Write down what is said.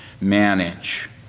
manage